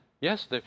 yes